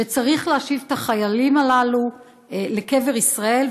צריך להשיב את החיילים הללו לקבר ישראל,